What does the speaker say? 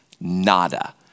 Nada